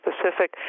specific